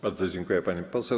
Bardzo dziękuję, pani poseł.